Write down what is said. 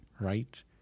right